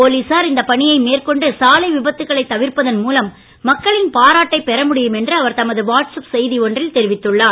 போலீசார் இந்த பணியை மேற்கொண்டு சாலை விபத்துக்களை தவிர்ப்பதன் மூலம் மக்களின் பாராட்டை பெற முடியும் என்று அவர் தமது வாட்ஸ் அப் செய்தி ஒன்றில் தெரிவித்துள்ளார்